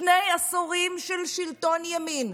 שני עשורים של שלטון ימין,